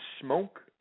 smoke